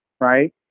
Right